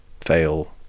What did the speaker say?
fail